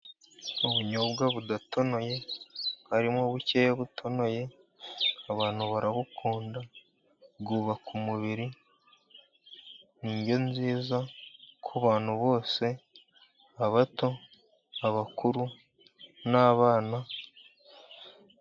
Ubunyobwa budatonoye harimo bukeya butonoye, abantu barabukunda bwubaka umubiri. Ni indyo nziza ku bantu bose abato, abakuru, n'abana.